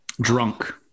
Drunk